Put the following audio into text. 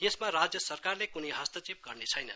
यसमा राज्य सरकारले कुनै हस्तक्षेप गर्नेछैन